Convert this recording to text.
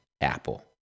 Apple